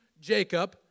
Jacob